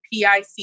PIC